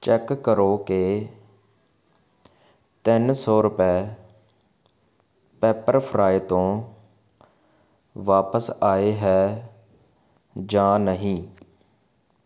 check ਕਰੋ ਕਿ ਤਿੰਨ ਸੌ ਰੁਪਏ ਪੈਪਰਫ੍ਰਾਈ ਤੋਂ ਵਾਪਸ ਆਏ ਹੈ ਜਾਂ ਨਹੀਂ